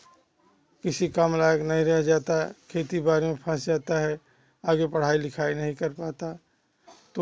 किसी काम लायक नहीं रह जाता है खेती बाड़ी में फंस जाता है आगे पढ़ाई लिखाई नहीं कर पाता